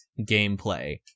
gameplay